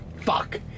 Fuck